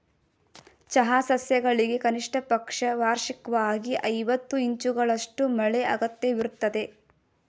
ಚಹಾ ಸಸ್ಯಗಳಿಗೆ ಕನಿಷ್ಟಪಕ್ಷ ವಾರ್ಷಿಕ್ವಾಗಿ ಐವತ್ತು ಇಂಚುಗಳಷ್ಟು ಮಳೆ ಅಗತ್ಯವಿರ್ತದೆ